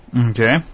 Okay